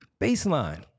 Baseline